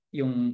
yung